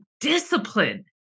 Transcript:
discipline